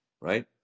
Right